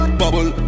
bubble